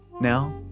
Now